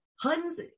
huns